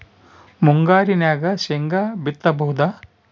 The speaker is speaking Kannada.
ಮುಂಗಾರಿನಾಗ ಶೇಂಗಾ ಬಿತ್ತಬಹುದಾ?